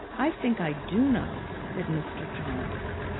i think i do know, said mr. jarndyce.